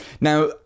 Now